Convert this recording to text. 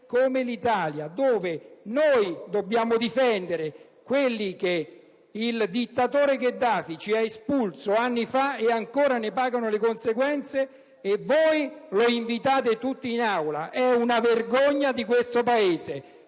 come l'Italia, considerato che noi dobbiamo difendere quelli che il dittatore Gheddafi ha espulso anni fa, e che ancora ne pagano le conseguenze: e voi lo invitate in Aula! È una vergogna di questo Paese